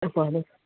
അപ്പോൾ അത്